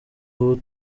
ubu